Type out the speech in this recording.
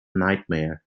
nightmare